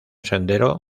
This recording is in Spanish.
sendero